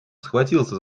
схватился